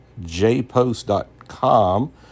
jpost.com